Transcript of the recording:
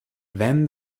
then